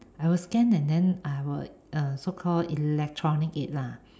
I will scan and then I will uh so called electronic it lah